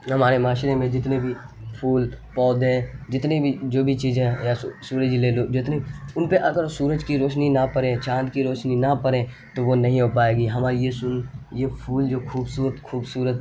ہمارے معاشرے میں جتنے بھی پھول پودے جتنی بھی جو بھی چیزیں سورج لے لو جتنے ان پہ اگر سورج کی روشنی نہ پڑیں چاند کی روشنی نہ پڑیں تو وہ نہیں ہو پائے گی ہوا یہ پھول جو خوبصورت خوبصورت